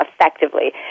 effectively